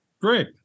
Great